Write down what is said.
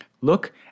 Look